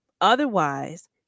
otherwise